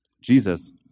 Jesus